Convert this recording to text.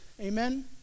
Amen